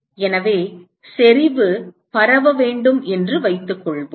எனவே செறிவு பரவ வேண்டும் என்று வைத்துக்கொள்வோம்